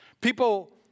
People